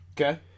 Okay